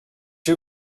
you